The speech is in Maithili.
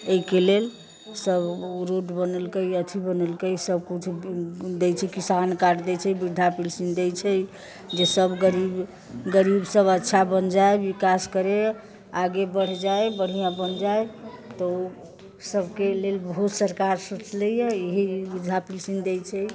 एहिके लेल सभ रोड बनोलकै अथी बनेलकै सभकुछ दै छै किसान कार्ड दै छै वृद्धा पेंसन दै छै जे सभ गरीब गरीबसभ अच्छा बनि जाय विकास करय आगे बढ़ि जाय बढ़िआँ बनि जाय तऽ सभके लेल बहुत सरकार सोचलकैए एही वृद्धा पेंसन दै छै